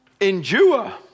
endure